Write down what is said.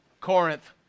Corinth